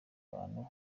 abantu